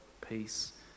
peace